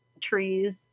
trees